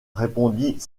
répondit